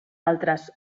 altres